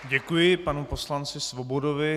Děkuji panu poslanci Svobodovi.